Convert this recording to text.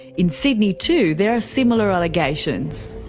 in sydney too there are similar allegations.